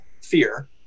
fear